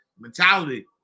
Mentality